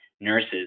nurses